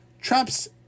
Trump's